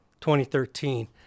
2013